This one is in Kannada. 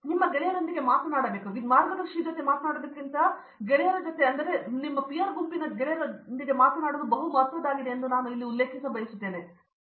ಹಾಗಾಗಿ ನಿಮ್ಮ ಗೆಳೆಯರೊಂದಿಗೆ ಮಾತನಾಡುವುದು ನಿಮ್ಮ ಮಾರ್ಗದರ್ಶಿಗೆ ಮಾತನಾಡುವುದಕ್ಕಿಂತ ಹೆಚ್ಚು ಮಹತ್ವದ್ದಾಗಿದೆ ಎಂದು ನಾನು ಇಲ್ಲಿ ಉಲ್ಲೇಖಿಸಿರುವುದು